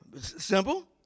Simple